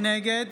נגד